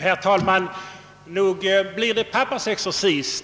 Herr talman!